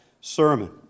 sermon